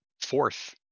fourth